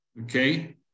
Okay